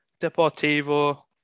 Deportivo